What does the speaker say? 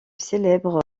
célèbre